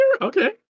Okay